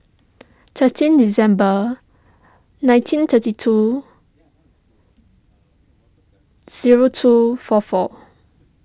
thirteen December nineteen thirty two zero two four four